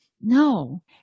No